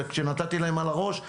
וכשנתתי להם על הראש,